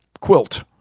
quilt